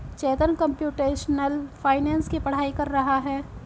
चेतन computational finance की पढ़ाई कर रहा है